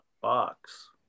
box